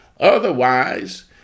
Otherwise